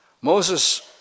Moses